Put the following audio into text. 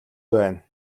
байна